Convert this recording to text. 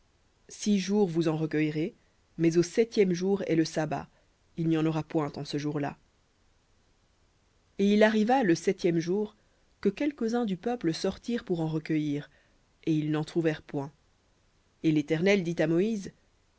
six jours vous en recueillerez mais au septième jour est le sabbat il n'y en aura point en ce jour-là et il arriva le septième jour que quelques-uns du peuple sortirent pour en recueillir et ils n'en trouvèrent point et l'éternel dit à moïse